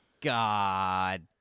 God